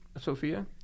Sophia